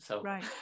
Right